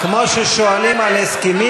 כמו ששואלים על הסכמים,